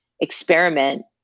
experiment